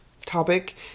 topic